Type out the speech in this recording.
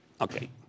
Okay